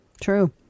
True